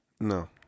No